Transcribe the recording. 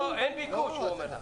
לא, אין ביקוש הוא אומר לך.